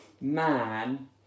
man